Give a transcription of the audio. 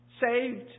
saved